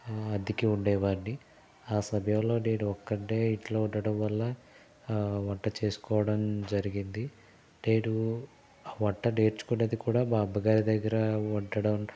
అద్దెకి ఉండేవాణ్ణి ఆ సమయంలో నేను ఒక్కడినే ఇంట్లో ఉండడం వల్ల వంట చేసుకోవడం జరిగేది నేను వంట నేర్చుకున్నది కూడా మా అమ్మగారి దగ్గర వంటటం